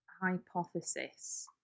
hypothesis